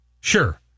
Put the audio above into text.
sure